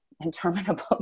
interminable